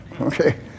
Okay